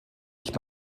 ich